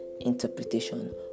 interpretation